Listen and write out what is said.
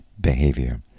behavior